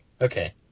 Okay